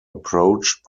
approached